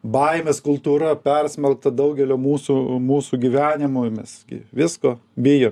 baimės kultūra persmelkta daugelio mūsų mūsų gyvenimų ir mes visko bijom